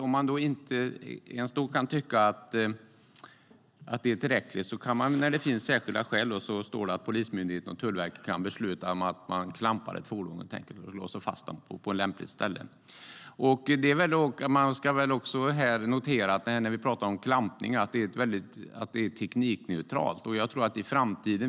Om man inte ens då tycker att det är tillräckligt kan polismyndigheten och Tullverket, när det finns särskilda skäl, besluta om att helt enkelt klampa ett fordon och låsa fast det på lämpligt ställe. När vi talar om klampning ska man notera att det är teknikneutralt.